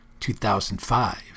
2005